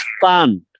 fun